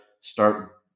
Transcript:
start